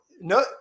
no